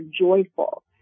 joyful